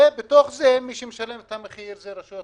ובתוך זה מי שמשלם את המחיר זה רשויות